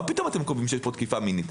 מה פתאום אתם אומרים שיש פה תקיפה מינית?